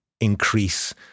increase